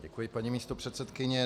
Děkuji, paní místopředsedkyně.